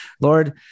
Lord